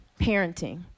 Parenting